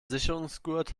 sicherungsgurt